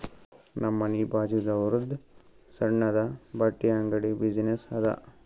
ನಮ್ ಮನಿ ಬಾಜುದಾವ್ರುದ್ ಸಣ್ಣುದ ಬಟ್ಟಿ ಅಂಗಡಿ ಬಿಸಿನ್ನೆಸ್ ಅದಾ